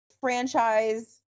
franchise